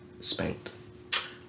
spanked